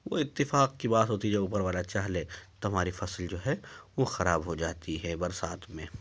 وہ اتفاق کی بات ہوتی ہے جب اوپر والا چاہ لے تب ہماری فصل جو ہے وہ خراب ہو جاتی ہے برسات میں